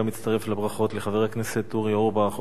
גם אני מצטרף לברכות לחבר הכנסת אורי אורבך.